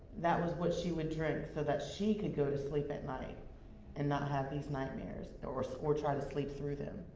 that was what she would drink so that she could go to sleep at night and not have these nightmares and or or try to sleep through them.